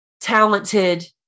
talented